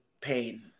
pain